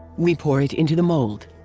we pour it into the mold.